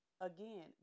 again